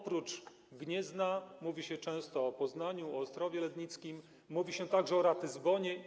Oprócz Gniezna mówi się często o Poznaniu, o Ostrowie Lednickim, mówi się także o Ratyzbonie.